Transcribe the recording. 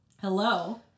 hello